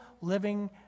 living